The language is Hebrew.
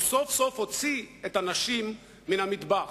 הוא סוף-סוף הוציא את הנשים מהמטבח,